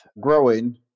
growing